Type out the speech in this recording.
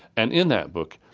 and in that book,